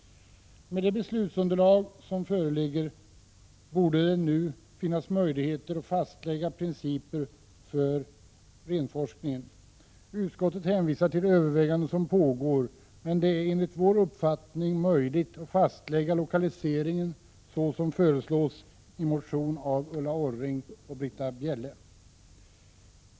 Med det beslutsunderlag som föreligger borde det nu finnas möjligheter att fastlägga principer för renforskningen. Utskottet hänvisar till överväganden som pågår, men det är enligt vår uppfattning möjligt att fastlägga lokaliseringen så som föreslås i en motion av Ulla Orring och Britta Bjelle.